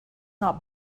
not